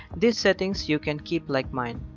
these settings you can keep like mine.